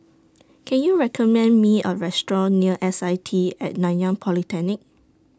Can YOU recommend Me A Restaurant near S I T At Nanyang Polytechnic